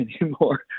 anymore